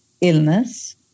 illness